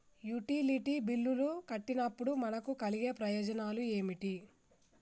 Utility బిల్లులు కట్టినప్పుడు మనకు కలిగే ప్రయోజనాలు ఏమిటి?